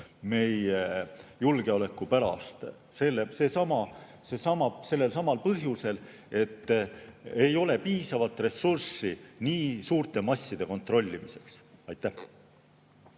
meie julgeoleku pärast sellelsamal põhjusel, et ei ole piisavalt ressurssi nii suurte masside kontrollimiseks. Aitäh